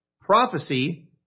prophecy